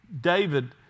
David